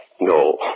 No